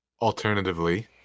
Alternatively